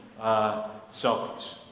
selfies